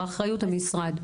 באחריות המשרד.